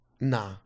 Nah